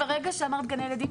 ברגע שאמרת גני ילדים,